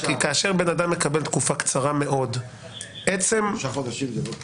כאשר בן אדם מקבל תקופה קצרה מאוד --- שלושה חודשים זה לא קצר.